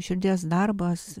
širdies darbas